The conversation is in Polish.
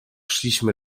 szliśmy